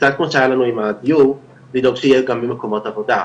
קצת כמו שהיה לנו עם הדיור לדאוג שיהיה גם במקומות עבודה,